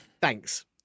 Thanks